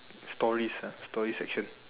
stories ah story section